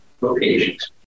locations